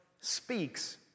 speaks